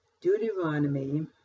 Deuteronomy